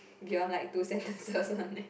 beyond like two sentences or something